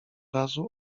razu